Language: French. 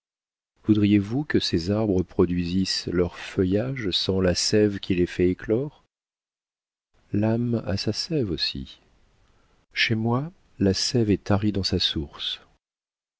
voudriez-vous que ces arbres produisissent leurs feuillages sans la séve qui les fait éclore l'âme a sa séve aussi chez moi la séve est tarie dans sa source